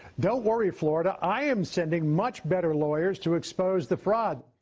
don't worry, florida i am sending much better lawyers to expose the fraud!